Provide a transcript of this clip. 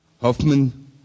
Hoffman